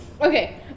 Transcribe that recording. Okay